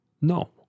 No